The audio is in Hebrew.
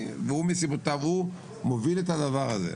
והוא מסיבותיו הוא מוביל את הדבר הזה.